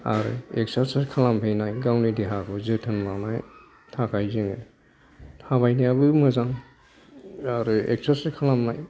आरो एक्सार्ससाइस खालामफैनाय गावनि देहाखौ जोथोन लानाय थाखाय जोङो थाबायनायाबो मोजां आरो एक्सार्ससाइस खालामनाय